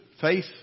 faith